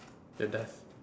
your death